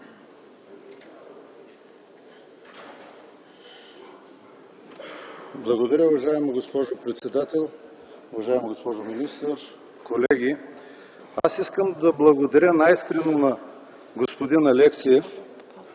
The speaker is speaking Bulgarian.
Благодаря Ви, уважаема госпожо председател. Уважаема госпожо министър, колеги! Искам да благодаря най-искрено на господин Алексиев,